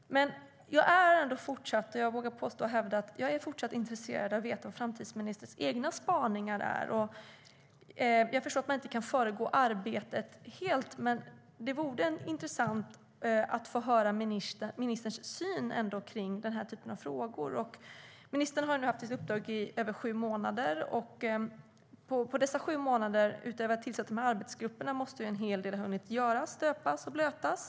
Men jag är fortsatt intresserad av att veta vad framtidsministerns egna spaningar är. Jag förstår att man inte kan föregripa arbetet helt. Men det vore intressant att få höra ministerns syn på denna typ av frågor. Ministern har haft sitt uppdrag i över sju månader. Under dessa sju månader måste, utöver att dessa arbetsgrupper har tillsatts, en hel del ha hunnit göras, stöpas och blötas.